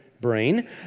brain